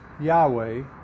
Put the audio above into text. Yahweh